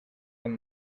tant